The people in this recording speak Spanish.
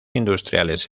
industriales